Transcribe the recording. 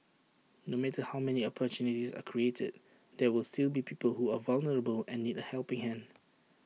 no matter how many opportunities are created there were will still be people who are vulnerable and need A helping hand